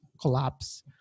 collapse